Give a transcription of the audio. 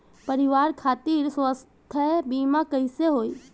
परिवार खातिर स्वास्थ्य बीमा कैसे होई?